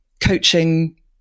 coaching